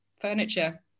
furniture